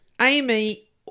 Amy